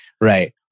right